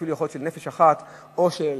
אפילו יכול להיות של נפש אחת או של